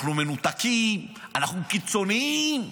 אנחנו מנותקים, אנחנו קיצוניים.